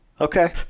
Okay